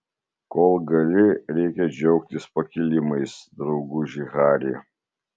kol gali reikia džiaugtis pakilimais drauguži hari